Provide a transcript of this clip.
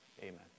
Amen